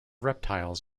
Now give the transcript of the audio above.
reptiles